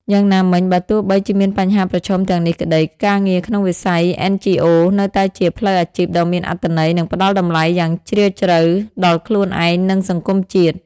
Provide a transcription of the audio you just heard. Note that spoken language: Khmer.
យ៉ាងណាមិញ បើទោះបីជាមានបញ្ហាប្រឈមទាំងនេះក្តី ការងារក្នុងវិស័យ NGO នៅតែជា ផ្លូវអាជីពដ៏មានអត្ថន័យ និងផ្តល់តម្លៃយ៉ាងជ្រាលជ្រៅដល់ខ្លូនឯង និងសង្គមជាតិ។